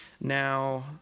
Now